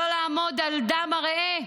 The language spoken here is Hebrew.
לא לעמוד על דם הרֵעַ.